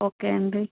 okay అండి